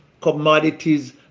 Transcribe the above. commodities